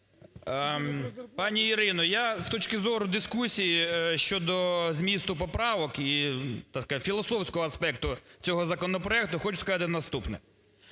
Пані Ірино, я з точки зору дискусії щодо змісту поправок і так сказать, філософського аспекту цього законопроекту хочу сказати наступне.